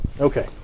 Okay